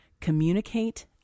communicate